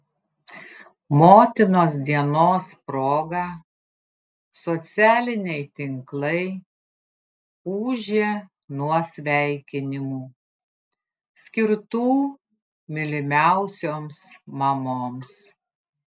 motinos dienos proga socialiniai tinklai ūžė nuo sveikinimų skirtų mylimiausioms mamoms